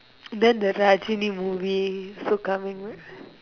then the Rajini movie also coming what